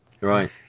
Right